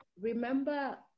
remember